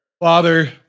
Father